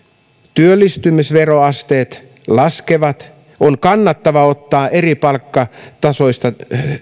työllistymisveroasteet laskevat on kannattavaa ottaa eri palkkatasoisia